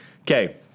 okay